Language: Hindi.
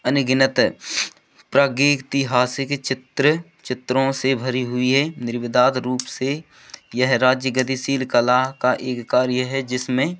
अनगिनत प्रातैतिहासिक चित्र चित्रों से भरी हुई है निर्विदाद रूप से यह राज्य गतिशील कला का एक कार्य यह है जिसमें